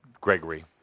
Gregory